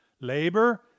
labor